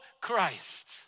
Christ